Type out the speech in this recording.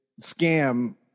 scam